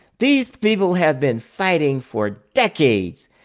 these people have been fighting for decades.